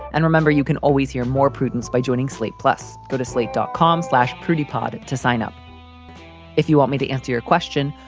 and remember, you can always hear more prudence by joining slate. plus go to slate dot com slash pretty pod to sign up if you want me to answer your question.